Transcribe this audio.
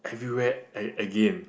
everywhere again